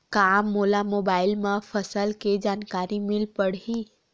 का मोला मोबाइल म फसल के जानकारी मिल पढ़ही?